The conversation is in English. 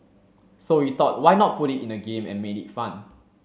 so we thought why not put it in a game and made it fun